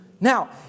Now